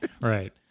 right